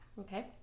Okay